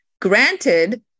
Granted